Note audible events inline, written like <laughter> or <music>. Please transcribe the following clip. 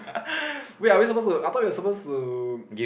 <laughs> wait are we supposed to I thought you are supposed to